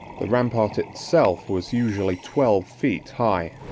the rampart itself was usually twelve feet high,